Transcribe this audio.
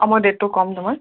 অঁ মই ডেটটো কম তোমাক